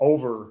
Over